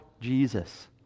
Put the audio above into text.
jesus